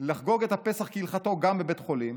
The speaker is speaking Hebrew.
לחגוג את הפסח כהלכתו גם בבית חולים,